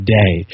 day